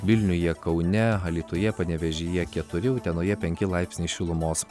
vilniuje kaune alytuje panevėžyje keturi utenoje penki laipsniai šilumos